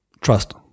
Trust